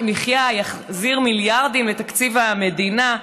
יחזיר מיליארדים לתקציב המדינה.